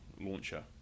launcher